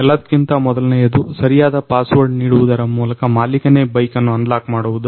ಎಲ್ಲದಕ್ಕಿಂತ ಮೊದಲನೇಯದು ಸರಿಯಾದ ಪಾಸ್ವರ್ಡ್ ನೀಡುವುದರ ಮೂಲಕ ಮಾಲಿಕನೇ ಬೈಕ್ ಅನ್ನು ಅನ್ಲಾಕ್ ಮಾಡುವುದು